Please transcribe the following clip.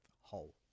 hole